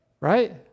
right